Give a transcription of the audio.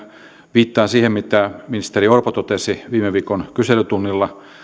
viittaan siihen mitä ministeri orpo totesi viime viikon kyselytunnilla